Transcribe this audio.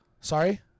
Sorry